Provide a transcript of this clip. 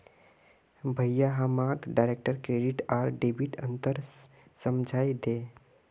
भाया हमाक direct credit आर डेबिटत अंतर समझइ दे